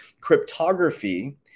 cryptography